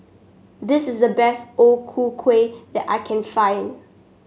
this is the best O Ku Kueh that I can find